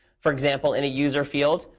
for example, in a user field,